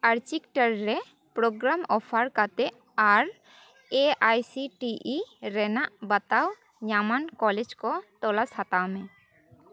architecture ᱨᱮ programme offer ᱠᱟᱛᱮᱫ ᱟᱨ A I C T E ᱨᱮᱱᱟᱜ ᱵᱟᱛᱟᱣ ᱧᱟᱢᱟᱱ ᱠᱚᱞᱮᱡᱽ ᱠᱚ ᱛᱚᱞᱟᱥ ᱦᱟᱛᱟᱣ ᱢᱮ